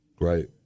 right